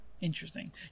interesting